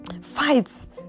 fights